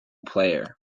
player